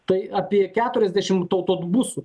tai apie keturiasdešimt autobusų